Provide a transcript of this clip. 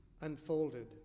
unfolded